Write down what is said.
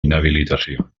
inhabilitació